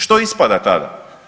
Što ispada tada?